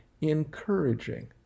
encouraging